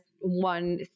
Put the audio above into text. one